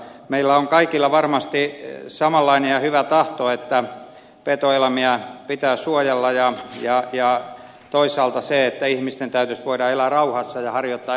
meillä on kaikilla varmasti samanlainen ja hyvä tahto että petoeläimiä pitää suojella ja että toisaalta ihmisten täytyisi voida elää rauhassa ja harjoittaa elinkeinoaan